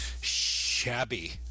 Shabby